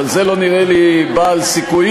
אבל זה לא נראה לי בעל סיכויים,